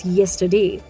yesterday